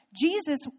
Jesus